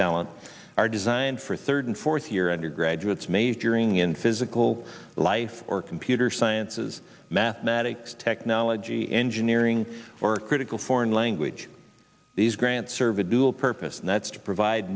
talent are designed for third fourth year undergraduates majoring in physical life or computer sciences mathematics technology engineering or critical foreign language these grants serve a dual purpose and that's to provide